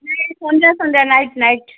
ନାହିଁ ଏଇ ସନ୍ଧ୍ୟା ସନ୍ଧ୍ୟା ନାଇଟ୍ ନାଇଟ୍